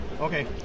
Okay